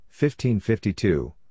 15-52